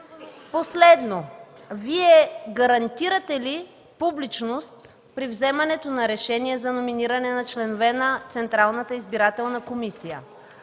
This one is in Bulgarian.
Последно – Вие гарантирате ли публичност при вземането на решение за номиниране на членове на